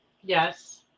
Yes